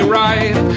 right